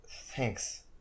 Thanks